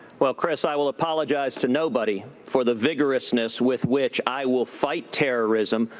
well, chris, i will apologize to nobody for the vigorousness with which i will fight terrorism,